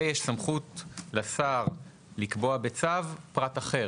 ויש סמכות לשר לקבוע בצו פרט אחר.